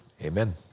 Amen